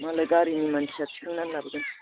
मालाय गारिनि मानसिया थिखांना लाबोगोन